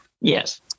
Yes